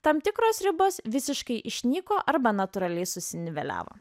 tam tikros ribos visiškai išnyko arba natūraliai susiniveliavo